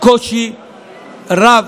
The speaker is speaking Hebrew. קושי רב